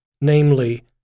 namely